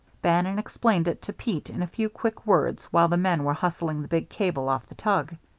bannon explained it to pete in a few quick words while the men were hustling the big cable off the tug.